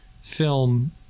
film